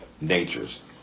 natures